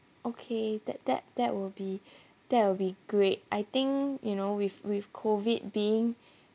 okay that that that will be that will be great I think you know with with COVID being